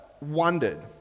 wondered